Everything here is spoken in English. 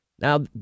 Now